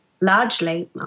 largely